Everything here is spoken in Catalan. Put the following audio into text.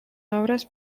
obres